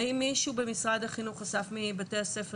האם מישהו במשרד החינוך אסף מבתי הספר